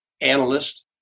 analyst